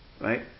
right